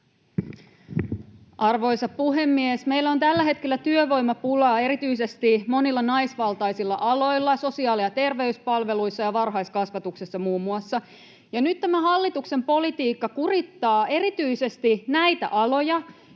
Arvoisa puhemies! Meillä on tällä hetkellä työvoimapulaa erityisesti monilla naisvaltaisilla aloilla, muun muassa sosiaali- ja terveyspalveluissa ja varhaiskasvatuksessa. Nyt tämä hallituksen politiikka kurittaa erityisesti näitä aloja.